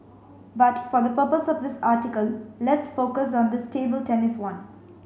but for the purpose of this article let's focus on this table tennis one